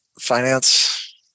finance